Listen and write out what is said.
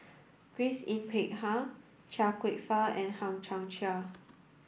Grace Yin Peck Ha Chia Kwek Fah and Hang Chang Chieh